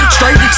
Straight